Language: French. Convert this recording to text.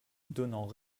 donnant